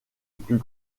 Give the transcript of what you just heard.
plus